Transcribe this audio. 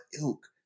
ilk